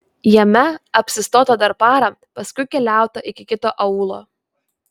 jame apsistota dar parą paskui keliauta iki kito aūlo